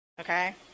Okay